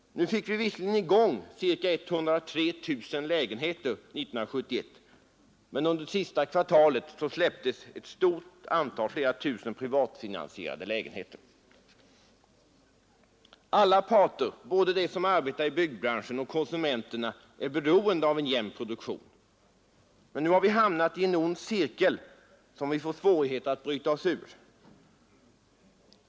Nu fick vi visserligen i gång ca 103 000 lägenheter under 1971, men under det sista kvartalet släpptes ett stort antal, flera tusen, privatfinansierade lägenheter. Alla parter, både de som arbetar i byggbranschen och konsumenterna, är beroende av en jämn produktion, men nu har vi hamnat i en ond cirkel, som vi får svårigheter att bryta oss ut ur.